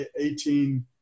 18